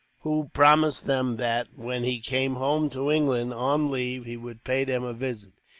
who promised them that, when he came home to england on leave, he would pay them a visit.